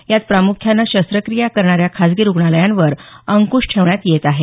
यात प्रामुख्याने शस्त्रक्रिया करणाऱ्या खाजगी रुग्णालयावर अंकृश ठेवण्यात येत आहे